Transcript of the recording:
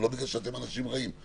זה לא בגלל שאתם אנשים רעים.